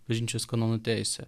bažnyčios kanonų teise